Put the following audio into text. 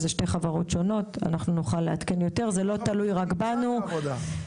זה לא תלוי רק בנו.